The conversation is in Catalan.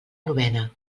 novena